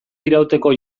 irauteko